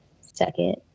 second